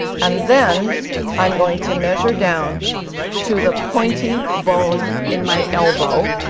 and then i'm going to measure down to the pointy bone in my elbow.